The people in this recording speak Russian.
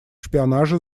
шпионаже